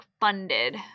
funded